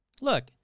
Look